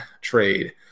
trade